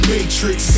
Matrix